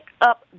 up